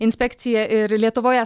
inspekcija ir lietuvoje